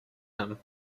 him